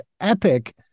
epic